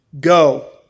go